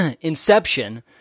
Inception